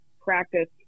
practice